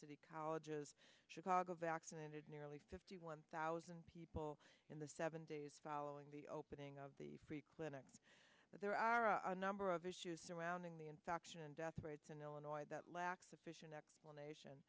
the college's chicago vaccinated nearly fifty one thousand people in the seven days following the opening of the clinic but there are a number of issues surrounding the infection and death rates in illinois that lack sufficient explanation